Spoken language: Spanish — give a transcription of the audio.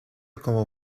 como